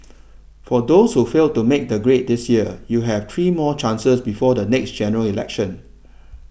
for those who failed to make the grade this year you have three more chances before the next General Election